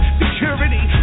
security